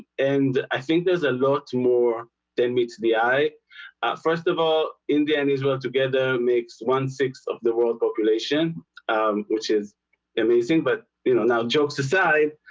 and i think there's a lot more than me to the eye first of all india and israel together makes one-sixth of the world population um, which is amazing, but you know now jokes aside,